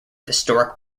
historic